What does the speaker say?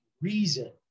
reason